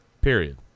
Period